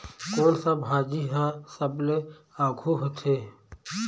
कोन सा भाजी हा सबले आघु होथे?